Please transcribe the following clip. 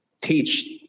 teach